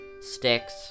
sticks